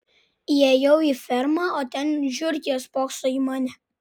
įėjau į fermą o ten žiurkė spokso į mane